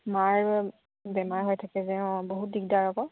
মাৰ বেমাৰ হৈ থাকে যে অঁ বহুত দিগদাৰ আকৌ